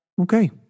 Okay